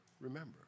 remember